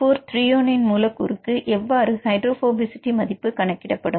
T4 threonine மூலக்கூறுக்கு எவ்வாறு hydrophobicity மதிப்பு கணக்கிடப்படும்